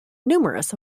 numerous